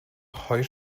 хоёр